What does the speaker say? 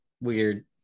weird